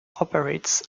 operates